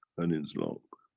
and his lung.